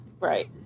right